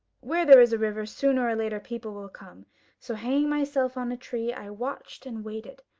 where there is a river, sooner or later people will come so, hanging myself on a tree, i watched and waited.